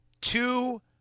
two